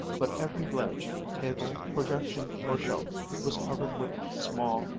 but every ledge, table, projection, or shelf was covered with small,